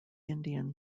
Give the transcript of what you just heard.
indian